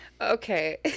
Okay